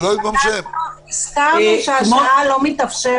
אנחנו הזכרנו שהשעה לא מתאפשרת.